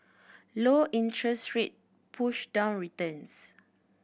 low interest rate push down returns